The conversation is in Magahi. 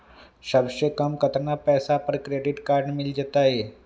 सबसे कम कतना पैसा पर क्रेडिट काड मिल जाई?